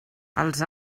els